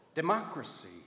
democracy